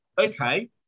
okay